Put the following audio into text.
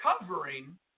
covering